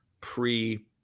pre